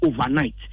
overnight